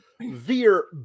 Veer